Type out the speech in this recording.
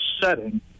setting